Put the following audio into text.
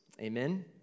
Amen